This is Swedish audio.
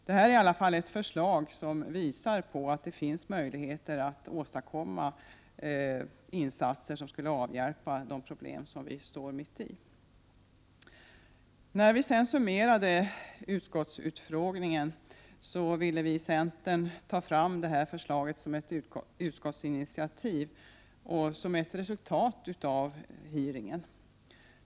Detta är i alla fall ett förslag, som visar att det finns möjligheter att göra insatser, vilka skulle kunna avhjälpa de problem som vi står mitt i. När vi sedan summerade utskottsutfrågningen ville vi i centern ta fram detta förslag som ett utskottsinitiativ och som ett resultat av hearingen.